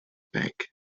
bank